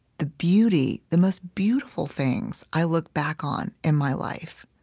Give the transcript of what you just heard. the beauty. the most beautiful things i look back on in my life